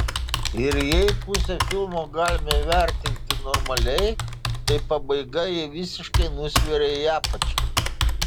ir jei pusę filmo galime vertinti normaliai tai pabaiga jį visiškai nusveria į apačią